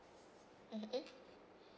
(uh huh)